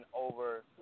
over